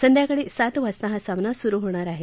संध्याकाळी सात वाजता हा सामना सुरु होणार आहे